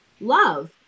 love